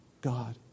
God